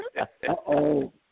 Uh-oh